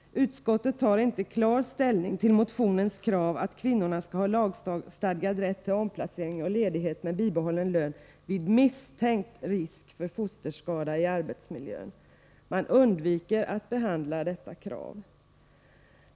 Utskottet tar inte klar ställning till motionens krav att kvinnorna skall ha lagstadgad rätt till omplacering eller ledighet med bibehållen lön vid misstänkt risk för fosterskada i arbetsmiljön. Man undviker att behandla detta krav.